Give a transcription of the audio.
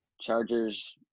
Chargers